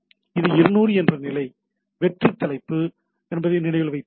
இது 200 என்ற நிலை வெற்றி தலைப்பு என்பதை நினைவில் வைத்திருக்கிறது